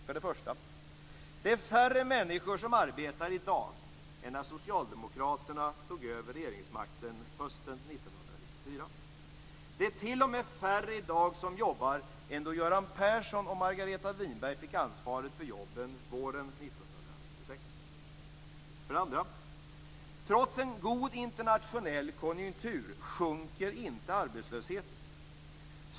För det första är det färre människor som arbetar i dag än när socialdemokraterna tog över regeringsmakten hösten 1994. Det är t.o.m. färre som jobbar i dag än då Göran Persson och Margareta Winberg fick ansvaret för jobben våren 1996. För det andra sjunker inte arbetslösheten trots en god internationell konjunktur.